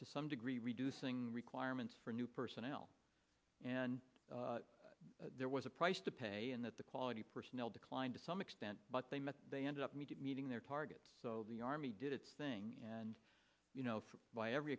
to some degree reducing requirements for new personnel and there was a price to pay and that the quality personnel declined to some extent but they met they ended up meeting their targets so the army did its thing and you know by every